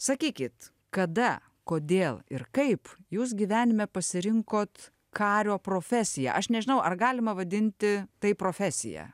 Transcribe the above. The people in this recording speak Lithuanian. sakykit kada kodėl ir kaip jūs gyvenime pasirinkot kario profesiją aš nežinau ar galima vadinti tai profesija